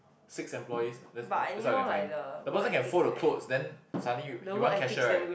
six employees that's all that's all I can find the person can fold the cloth then suddenly you you want cashier right